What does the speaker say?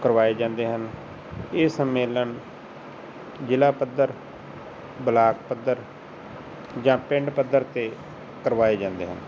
ਕਰਵਾਏ ਜਾਂਦੇ ਹਨ ਇਹ ਸੰਮੇਲਨ ਜ਼ਿਲ੍ਹਾ ਪੱਧਰ ਬਲਾਕ ਪੱਧਰ ਜਾਂ ਪਿੰਡ ਪੱਧਰ 'ਤੇ ਕਰਵਾਏ ਜਾਂਦੇ ਹਨ